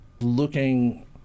looking